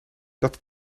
dat